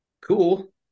cool